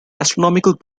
astronomical